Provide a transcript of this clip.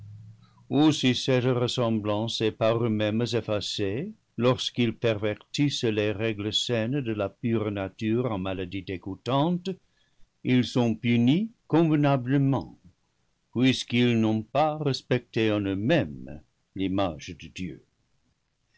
ou si cette ressemblance est par eux-mêmes effacée lorsqu'ils per vertissent les règles saines de la pure nature en maladie dé goûtante ils sont punis convenablement puisqu'ils n'ont pas respecté en eux-mêmes l'image de dieu